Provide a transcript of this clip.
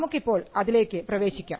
നമുക്കിപ്പോൾ അതിലേക്ക് പ്രവേശിക്കാം